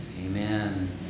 amen